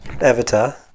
Avatar